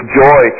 joy